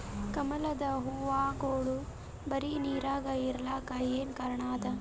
ಕಮಲದ ಹೂವಾಗೋಳ ಬರೀ ನೀರಾಗ ಇರಲಾಕ ಏನ ಕಾರಣ ಅದಾ?